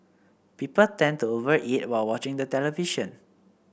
people tend to over eat while watching the television